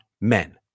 men